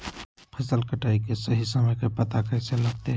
फसल कटाई के सही समय के पता कैसे लगते?